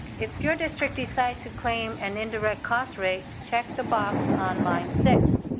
if your district decides to claim an indirect cost rate, check the box on line six.